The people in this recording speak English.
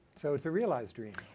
so it's a realized dream?